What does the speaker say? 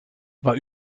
war